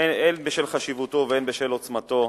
הן בשל חשיבותו והן בשל עוצמתו.